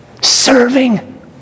Serving